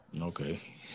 Okay